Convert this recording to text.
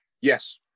Yes